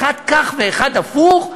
אחד כך ואחד הפוך,